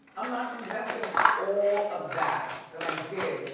i'm not investing all of that, that i did,